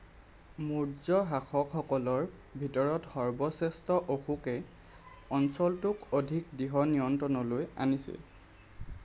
মৌৰ্য শাসকসকলৰ ভিতৰত সৰ্বশ্ৰেষ্ঠ অশোকে অঞ্চলটোক অধিক দৃঢ় নিয়ন্ত্ৰণলৈ আনিছিল